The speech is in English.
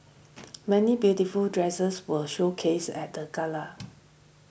many beautiful dresses were showcased at the gala